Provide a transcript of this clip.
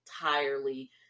entirely